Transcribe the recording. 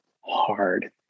hard